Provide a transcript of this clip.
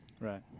Right